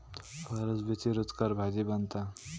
फरसबीची रूचकर भाजी बनता